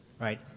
Right